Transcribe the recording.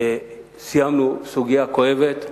סיימנו סוגיה כואבת